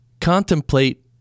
contemplate